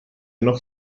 noch